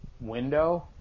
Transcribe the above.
window